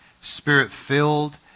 spirit-filled